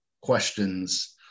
questions